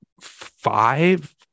five